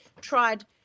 tried –